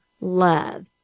love